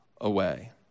away